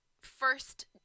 first